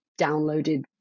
downloaded